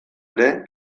ere